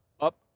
up